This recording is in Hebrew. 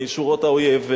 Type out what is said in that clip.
משורות האויב,